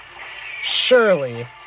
surely